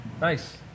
Nice